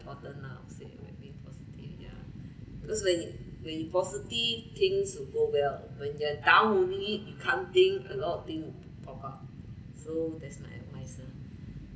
important lah I would say and being positive ya because when you when you positive things will go well when you down moody you can't think a lot of thing pop up so that's my advice ah